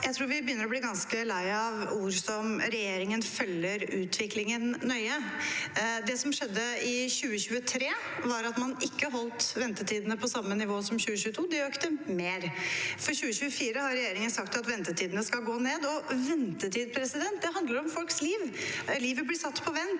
Jeg tror vi begynner å bli ganske lei av ord som at regjeringen følger utviklingen nøye. Det som skjedde i 2023, var at man ikke holdt ventetidene på samme nivå som i 2022 – de økte mer. For 2024 har regjeringen sagt at ventetidene skal gå ned, og ventetid handler om folks liv – livet blir satt på vent.